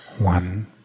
one